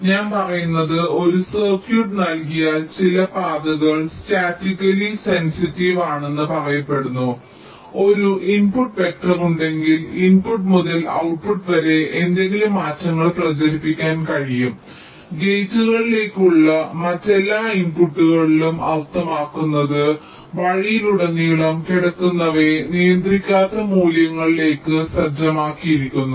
അതിനാൽ ഞാൻ പറയുന്നത് ഒരു സർക്യൂട്ട് നൽകിയാൽ ചില പാതകൾ സ്റ്റാറ്റിക്കലി സെൻസിറ്റീവ് ആണെന്ന് പറയപ്പെടുന്നു ഒരു ഇൻപുട്ട് വെക്റ്റർ ഉണ്ടെങ്കിൽ ഇൻപുട്ട് മുതൽ ഔട്ട്പുട്ട് വരെ എന്തെങ്കിലും മാറ്റങ്ങൾ പ്രചരിപ്പിക്കാൻ കഴിയും ഗേറ്റുകളിലേക്കുള്ള മറ്റെല്ലാ ഇൻപുട്ടുകളിലും അർത്ഥമാക്കുന്നത് വഴിയിലുടനീളം കിടക്കുന്നവയെ നിയന്ത്രിക്കാത്ത മൂല്യങ്ങളിലേക്ക് സജ്ജമാക്കിയിരിക്കുന്നു